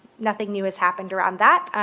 nothing new has happened around that.